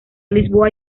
lisboa